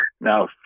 Now